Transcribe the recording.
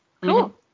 Cool